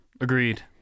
agreed